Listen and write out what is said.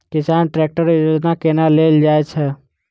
किसान ट्रैकटर योजना केना लेल जाय छै?